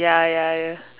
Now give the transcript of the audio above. ya ya ya